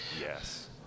Yes